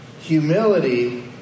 Humility